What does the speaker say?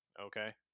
okay